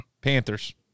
Panthers